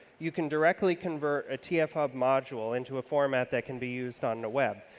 you can directly convert a tf hub module into a format that can be used on the web.